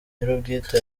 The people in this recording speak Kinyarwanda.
nyir’ubwite